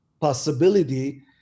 possibility